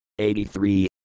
83